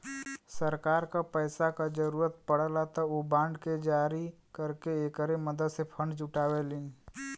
सरकार क पैसा क जरुरत पड़ला त उ बांड के जारी करके एकरे मदद से फण्ड जुटावलीन